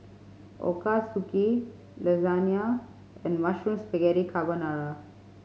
Ochazuke Lasagna and Mushroom Spaghetti Carbonara